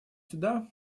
сюда